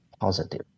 positive